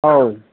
औ